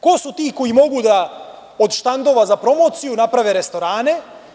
Ko su ti koji mogu da od štandova za promociju naprave restorane?